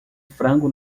frango